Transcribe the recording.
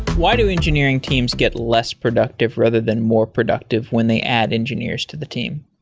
why do engineering teams get less productive rather than more productive when they add engineers to the team?